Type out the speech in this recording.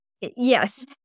yes